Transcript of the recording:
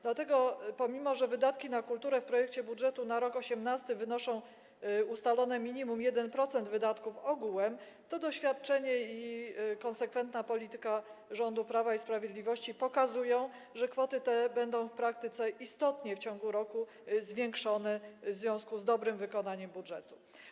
Dlatego, pomimo że wydatki na kulturę w projekcie budżetu na rok 2018 wynoszą ustalone minimum 1% wydatków ogółem, to doświadczenie i konsekwentna polityka rządu Prawa i Sprawiedliwości pokazują, że kwoty te będą w praktyce istotnie w ciągu roku zwiększone w związku z dobrym wykonaniem budżetu.